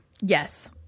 yes